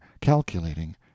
calculating